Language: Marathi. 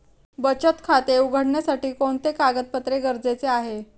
बचत खाते उघडण्यासाठी कोणते कागदपत्रे गरजेचे आहे?